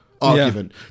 argument